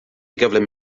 gyflym